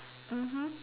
mmhmm